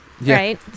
right